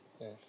Yes